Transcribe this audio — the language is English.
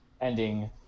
ending